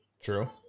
True